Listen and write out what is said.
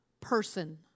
person